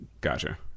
Gotcha